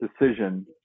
decision